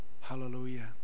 hallelujah